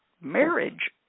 marriage